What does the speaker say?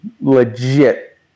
legit